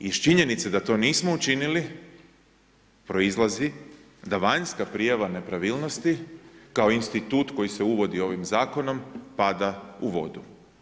Iz činjenice da to nismo učinili proizlazi da vanjska prijava nepravilnosti kao institut koji se uvodi ovim Zakonom, pada u vodu.